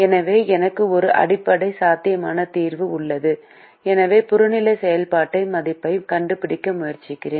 எனவே எனக்கு ஒரு அடிப்படை சாத்தியமான தீர்வு உள்ளது எனவே புறநிலை செயல்பாடு மதிப்பைக் கண்டுபிடிக்க முயற்சிக்கிறேன்